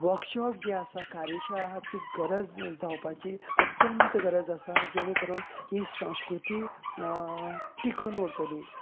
workshop जे आसा कार्य शाळाची गरज जावपाची अत्यंत गरज आसा जेणे करून ही संस्कृती टिकून उरतली